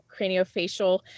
craniofacial